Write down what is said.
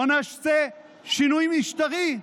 בואו נעשה שינוי משטרי,